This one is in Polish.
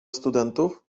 studentów